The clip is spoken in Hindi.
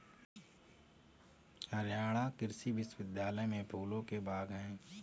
हरियाणा कृषि विश्वविद्यालय में फूलों के बाग हैं